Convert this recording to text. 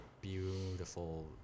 beautiful